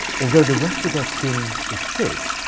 although the rest of their skin is thick,